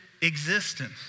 existence